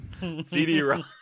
CD-ROM